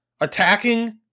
attacking